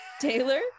Taylor